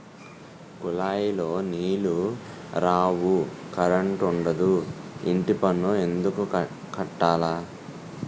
కులాయిలో నీలు రావు కరంటుండదు ఇంటిపన్ను ఎందుక్కట్టాల